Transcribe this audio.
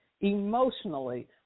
emotionally